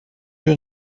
your